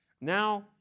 Now